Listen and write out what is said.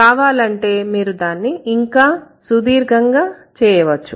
కావాలంటే మీరు దాన్ని ఇంకా సుదీర్ఘంగా చేయవచ్చు